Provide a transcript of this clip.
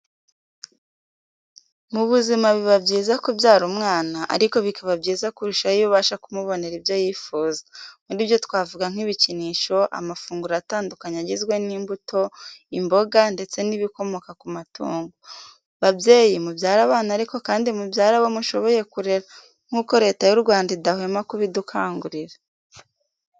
Mu buzima biba byiza kubyara umwana ariko bikaba byiza kurushaho iyo ubasha kumubonera ibyo yifuza, muri byo twavuga nk'ibikinisho, amafunguro atandukanye agizwe n'imbuto, imboga ndetse n'ibikomoka ku matungo. Babyeyi mubyare abana ariko kandi mubyare abo mushoboye kurera nk'uko Leta y'u Rwanda idahwema kubidukangurira.